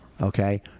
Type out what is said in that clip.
okay